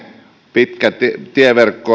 pitkä tieverkko